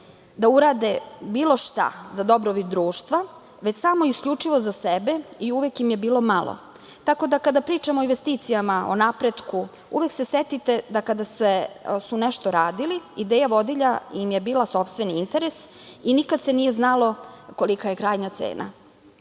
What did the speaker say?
da urade bilo šta za dobrobit društva već samo isključivo za sebe i uvek im je bilo malo. Tako da kada pričamo o investicijama, o napretku uvek se setite da kada su nešto radili ideja vodilja im je bila sopstveni interes i nikada se nije znalo kolika je krajnja cena.